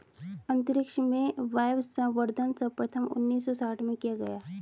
अंतरिक्ष में वायवसंवर्धन सर्वप्रथम उन्नीस सौ साठ में किया गया